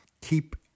keep